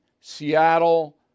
Seattle